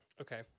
Okay